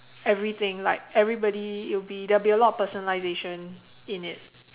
everything like everybody it will be there will be a lot of personalisation in it